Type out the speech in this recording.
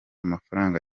amafaranga